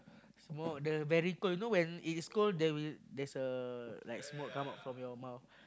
small the very cold you know when it is cold they will there is a like smoke come out from your mouth